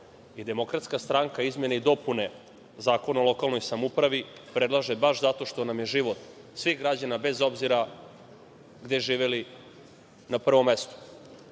Srbije i DS izmene i dopune Zakona o lokalnoj samoupravi predlaže baš zato što je život svih građana, bez obzira gde živeli, na prvom mestu. Vi